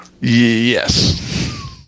Yes